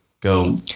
Go